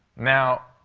now,